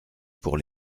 pour